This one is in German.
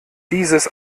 dieses